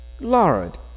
Lord